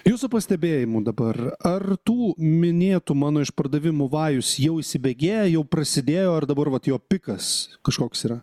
jūsų pastebėjimu dabar ar tų minėtų mano išpardavimų vajus jau įsibėgėja jau prasidėjo ar dabar vat jo pikas kažkoks yra